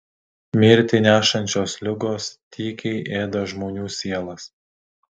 mirtį nešančios ligos tykiai ėda žmonių sielas